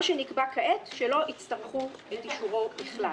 מה שנקבע כעת, שלא יצטרכו את אישורו בכלל.